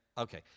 Okay